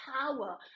power